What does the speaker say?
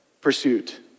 pursuit